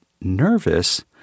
nervous